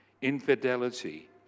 Infidelity